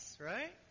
right